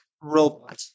robot